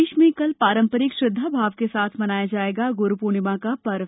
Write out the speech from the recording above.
प्रदेश में कल पारंपरिक श्रद्धा के साथ मनाया जाएगा गुरू पूर्णिमा का पर्व